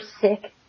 sick